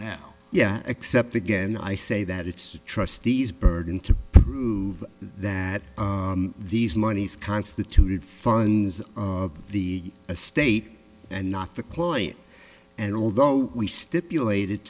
now yeah except again i say that it's trustees burden to prove that these monies constituted funs of the estate and not the client and although we stipulated